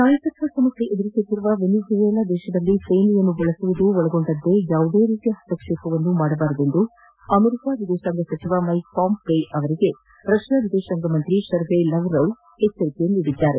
ನಾಯಕತ್ವ ಸಮಸ್ಯೆ ಎದುರಿಸುತ್ತಿರುವ ವೆನಿಜುವೆಲಾದಲ್ಲಿ ಸೇನೆಯನ್ನು ಬಳಸುವುದು ಒಳಗೊಂಡಂತೆ ಯಾವುದೇ ರೀತಿಯ ಹಸ್ತಕ್ಷೇಪವನ್ನು ಮಾಡಬಾರದಂತೆ ಅಮೆರಿಕ ವಿದೇಶಾಂಗ ಸಚಿವ ಮೈಕ್ಪಾಂಪೆ ಅವರಿಗೆ ರಷ್ಯಾ ವಿದೇಶಾಂಗ ಸಚಿವ ಶರ್ಗೈ ಲಾವ್ರೌ ಎಚ್ಚರಿಕೆ ನೀಡಿದ್ದಾರೆ